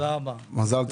תודה רבה.